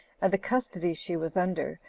and the custody she was under,